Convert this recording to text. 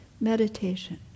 meditation